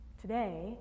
Today